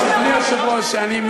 עוד שנייה אחת.